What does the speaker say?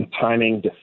timing